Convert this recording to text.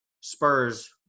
Spurs